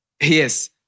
Yes